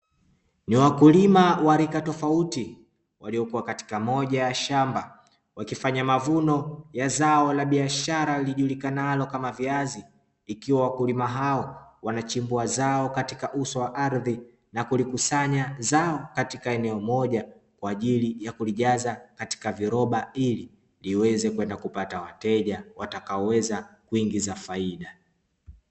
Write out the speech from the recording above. Ni wakulima wa rika tofauti, waliokuwa katika moja ya shamba wakifanya mavuno ya zao la biashara lilijulikanalo kama viazi, ikiwa wakulima hao wanachimbua zao katika uso wa ardhi na kulikusanya zao katika eneo moja kwa ajili ya kulijaza katika viroba, ili liweze kwenda kupata wateja watakaoweza kuingiza faida.